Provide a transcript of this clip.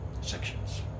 sections